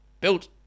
built